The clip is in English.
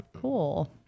cool